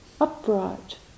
upright